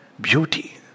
Beauty